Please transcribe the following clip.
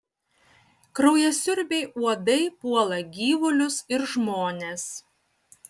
kraujasiurbiai uodai puola gyvulius ir žmones